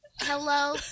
Hello